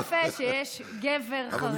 זה דווקא יפה שיש גבר חרדי,